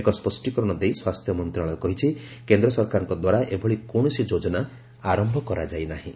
ଏକ ସ୍ୱଷ୍ଟିକରଣ ଦେଇ ସ୍ୱାସ୍ଥ୍ୟ ମନ୍ତ୍ରଣାଳୟ କହିଛି କେନ୍ଦ୍ର ସରକାରଙ୍କ ଦ୍ୱାରା ଏଭଳି କୌଣସି ଯୋଜନା ଆରମ୍ଭ କରାଯାଇ ନାହିଁ